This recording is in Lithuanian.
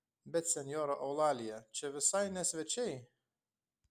bet senjora eulalija čia visai ne svečiai